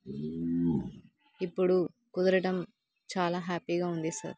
ఇప్పుడు కుదరటం చాలా హ్యాపీగా ఉంది సార్